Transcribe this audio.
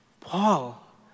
Paul